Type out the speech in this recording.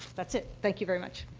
that's it. thank you very much.